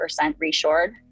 reshored